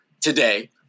today